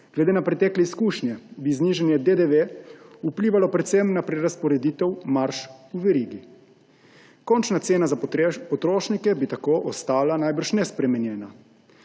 Glede na pretekle izkušnje bi znižanje DDV vplivalo predvsem na prerazporeditev marž v verigi. Končna cena za potrošnike bi tako ostala najbrž nespremenjena.